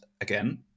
again